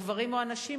הגברים או הנשים,